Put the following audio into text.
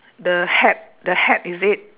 the hat the hat is it